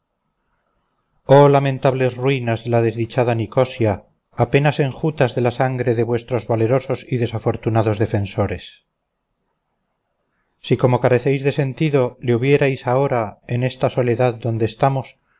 oh lamentables ruinas de la desdichada nicosia apenas enjutas de la sangre de vuestros valerosos y desafortunados defensores si como carecéis de sentido le tuviérais ahora en esta soledad donde estamos